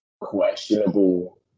questionable